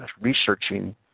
researching